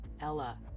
Ella